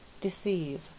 deceive